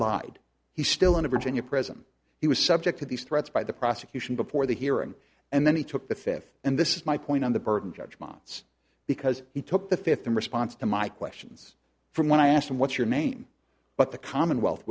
lied he's still in a virginia prison he was subject to these threats by the prosecution before the hearing and then he took the fifth and this is my point on the burden judgments because he took the fifth in response to my questions from when i asked him what's your name but the commonwealth